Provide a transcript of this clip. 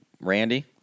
Randy